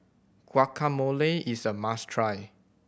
guacamole is a must try